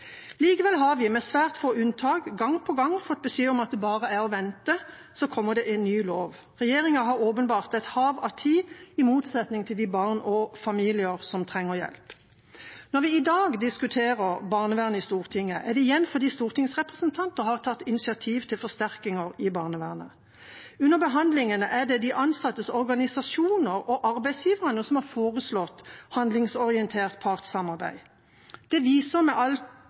Likevel har vi med svært få unntak gang på gang fått beskjed om at det bare er å vente, så kommer det en ny lov. Regjeringa har åpenbart et hav av tid, i motsetning til de barn og familier som trenger hjelp. Når vi i dag diskuterer barnevernet i Stortinget, er det igjen fordi stortingsrepresentanter har tatt initiativ til forsterkninger i barnevernet. Under behandlingene er det de ansattes organisasjoner og arbeidsgiverne som har foreslått handlingsorientert partssamarbeid. Det viser med all